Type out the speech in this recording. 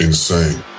Insane